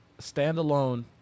standalone